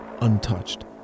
untouched